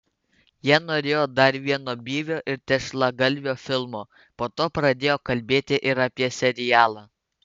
jie norėjo dar vieno byvio ir tešlagalvio filmo po to pradėjo kalbėti ir apie serialą